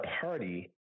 party